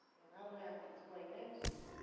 and i don't have to explain that to you.